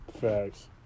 Facts